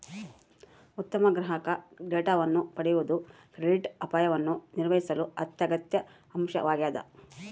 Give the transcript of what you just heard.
ಉತ್ತಮ ಗ್ರಾಹಕ ಡೇಟಾವನ್ನು ಪಡೆಯುವುದು ಕ್ರೆಡಿಟ್ ಅಪಾಯವನ್ನು ನಿರ್ವಹಿಸಲು ಅತ್ಯಗತ್ಯ ಅಂಶವಾಗ್ಯದ